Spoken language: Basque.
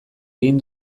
egin